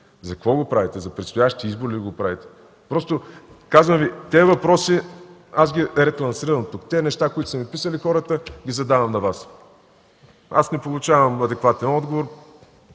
За какво го правите – за предстоящия избор ли го правите?! Казвам Ви, тези въпроси аз ги ретранслирам тук – нещата, които са ми писали хората, ги задавам на Вас. Аз не получавам адекватен отговор.